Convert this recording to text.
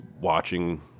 watching